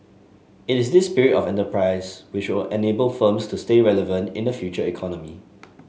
it is this spirit of enterprise which will enable firms to stay relevant in the Future Economy